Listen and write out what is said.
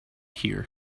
here